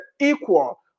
equal